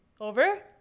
over